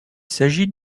s’agit